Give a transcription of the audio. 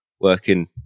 working